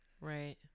Right